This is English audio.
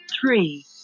three